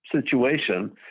situation